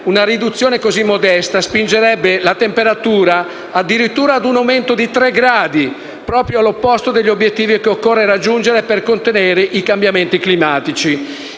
una riduzione così modesta spingerebbe le temperature addirittura ad un aumento di tre gradi, proprio all'opposto degli obiettivi che occorre raggiungere per contenere i cambiamenti climatici.